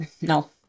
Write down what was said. no